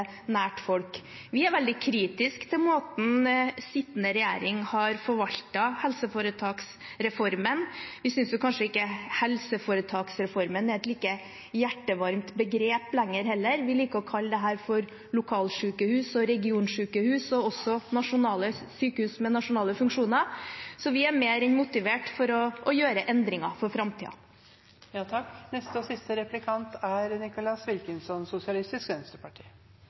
nært folk. Vi er veldig kritisk til måten sittende regjering har forvaltet helseforetaksreformen på. Vi synes kanskje ikke helseforetaksreformen er et like hjertevarmt begrep heller lenger. Vi liker å kalle dette for lokalsykehus, regionsykehus og også nasjonale sykehus med nasjonale funksjoner. Vi er mer enn motivert for å gjøre endringer for framtiden. SV mener at staten ikke skal skille de som elsker hverandre. Min venn Jan er